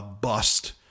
Bust